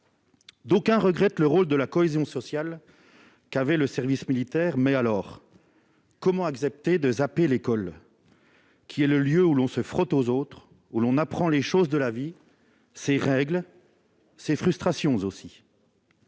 D'aucuns regrettent le rôle de cohésion sociale que jouait le service militaire. Mais alors, comment accepter de « zapper » l'école qui est le lieu où l'on se frotte aux autres, où l'on apprend les choses de la vie, ses règles, ses frustrations aussi ?